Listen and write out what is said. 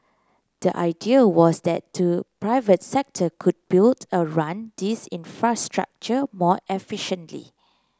the idea was that the private sector could build and run these infrastructure more efficiently